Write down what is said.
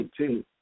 18